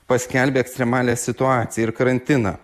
paskelbė ekstremalią situaciją ir karantiną